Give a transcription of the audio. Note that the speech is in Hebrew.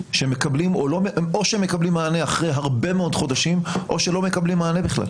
או שמקבלים מענה אחרי הרבה מאוד חודשים או שלא מקבלים מענה בכלל.